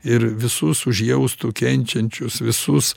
ir visus užjaustų kenčiančius visus